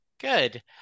Good